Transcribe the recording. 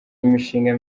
imishinga